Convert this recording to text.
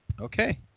Okay